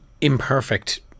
imperfect